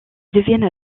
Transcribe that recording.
deviennent